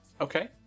Okay